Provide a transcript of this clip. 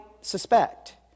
suspect